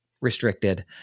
restricted